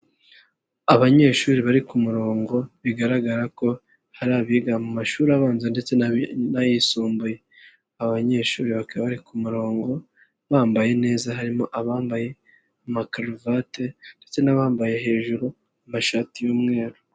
Abanyeshuri bari ku murongo bigaragara ko hari abiga mu mashuri abanza ndetse n'ayisumbuye, abanyeshuri bakaba bari ku murongo bambaye neza, harimo abambaye amakaruvate ndetse n'abambaye hejuru amashati y'umweru.